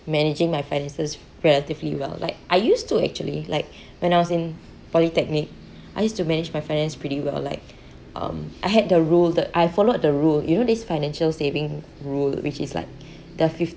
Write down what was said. managing my finances relatively well like I used to actually like when I was in polytechnic I used to manage my finances pretty well like um I had the rule that I followed the rule you know this financial saving rule which is like the